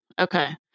Okay